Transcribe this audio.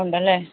ഉണ്ടല്ലേ